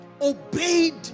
obeyed